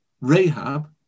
Rahab